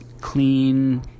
clean